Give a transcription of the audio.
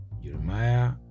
Jeremiah